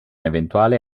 eventuale